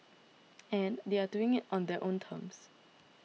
and they are doing it on their own terms